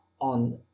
on